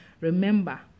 Remember